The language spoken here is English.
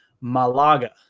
Malaga